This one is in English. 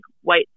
white